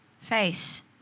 face